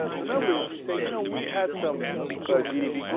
ah the numbers you say you know we've had some budgie because ah.